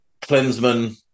Klinsmann